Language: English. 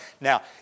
Now